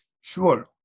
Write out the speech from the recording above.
Sure